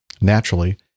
Naturally